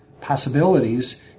possibilities